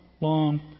long